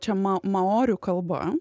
čia ma maorių kalba